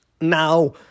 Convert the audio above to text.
Now